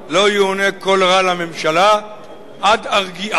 לא יאונה כל רע לממשלה עד ארגיעה